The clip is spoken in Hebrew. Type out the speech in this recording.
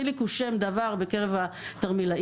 חיליק הוא שם דבר בקרב התרמילאים,